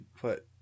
put